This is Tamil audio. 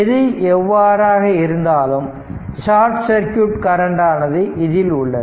எது எவ்வாறாக இருந்தாலும் ஷார்ட் சர்க்யூட் கரண்ட் ஆனது இதில் உள்ளது